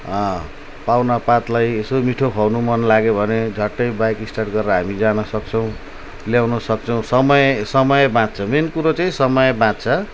पाहुनापातलाई यसो मिठो खुवाउनु मनलाग्यो भने झट्टै बाइक स्टार्ट गरेर हामी जानसक्छौँ ल्याउनसक्छौँ समय समय बाँच्छ मेन कुरो चाहिँ समय बाँच्छ